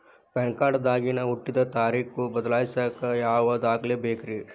PAN card ದಾಗಿನ ಹುಟ್ಟಿದ ತಾರೇಖು ಬದಲಿಸಾಕ್ ಯಾವ ದಾಖಲೆ ಬೇಕ್ರಿ?